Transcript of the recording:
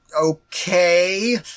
Okay